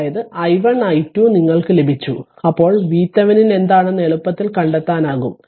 അതിനാൽ i1 i2 നിങ്ങൾക്കു ലഭിച്ചു അപ്പോൾ VThevenin എന്താണെന്ന് എളുപ്പത്തിൽ കണ്ടെത്താനാകും